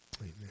Amen